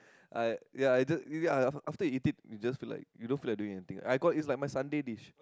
I ya I just yeah after you eat it you just feel like you don't feel like doing anything I got it's like my Sunday dish